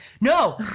no